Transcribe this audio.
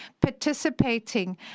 participating